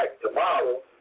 tomorrow